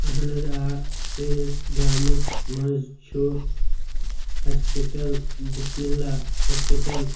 اَہنٔز آ سٲنِس گامَس منٛز چھُ ہاسپِٹل بسم اللہ ہاسپِٹل